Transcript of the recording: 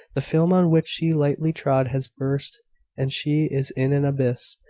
the film on which she lightly trod has burst and she is in an abyss.